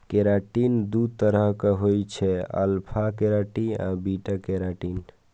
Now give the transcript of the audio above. keratin दू तरहक होइ छै, अल्फा केराटिन आ बीटा केराटिन